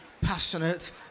passionate